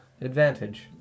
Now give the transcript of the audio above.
advantage